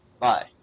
Bye